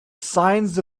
signs